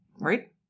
right